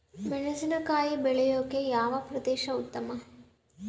ಮೆಣಸಿನಕಾಯಿ ಬೆಳೆಯೊಕೆ ಯಾವ ಪ್ರದೇಶ ಉತ್ತಮ?